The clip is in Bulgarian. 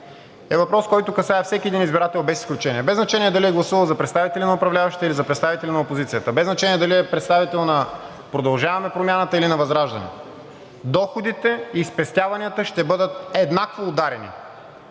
е въпрос, който касае всеки един избирател без изключение – без значение дали е гласувал за представители на управляващите, или за представители на опозицията, без значение дали е представител на „Продължаваме Промяната“, или на ВЪЗРАЖДАНЕ. Доходите и спестяванията ще бъдат еднакво ударени